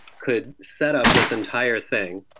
could set up this entire thing,